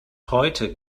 heute